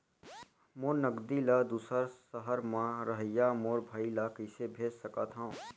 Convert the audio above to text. मोर नगदी ला दूसर सहर म रहइया मोर भाई ला कइसे भेज सकत हव?